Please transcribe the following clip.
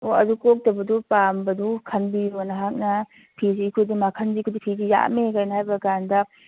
ꯑꯣ ꯑꯗꯨ ꯀꯣꯛꯇꯕꯗꯨ ꯄꯥꯝꯕꯗꯨ ꯈꯟꯕꯤꯔꯣ ꯅꯍꯥꯛꯅ ꯐꯤꯁꯤ ꯑꯩꯈꯣꯏꯁꯤ ꯃꯈꯜꯁꯤ ꯑꯩꯈꯣꯏꯁꯤ ꯐꯤꯁꯤ ꯌꯥꯝꯃꯤ ꯀꯩꯅꯣ ꯍꯥꯏꯕꯀꯥꯟꯗ